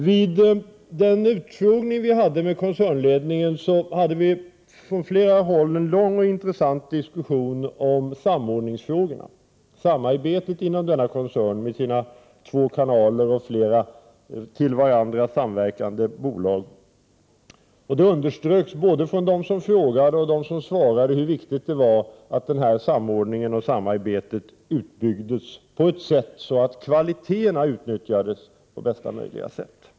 Vid utfrågningen med koncernledningen hade vi en lång och intressant diskussion om samordningsfrågorna och samarbetet inom denna koncern med sina två kanaler och flera med varandra samverkande bolag. Det underströks från både dem som frågade och dem som svarade hur viktigt det är att denna samordning och detta samarbete byggs ut på ett sätt så att kvaliteterna utnyttjas på bästa möjliga sätt.